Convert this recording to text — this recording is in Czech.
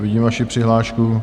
Vidím vaši přihlášku.